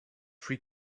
free